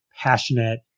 passionate